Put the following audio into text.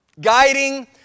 guiding